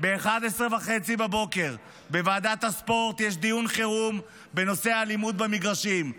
ב-11:30 יש בוועדת הספורט דיון חירום בנושא האלימות במגרשים.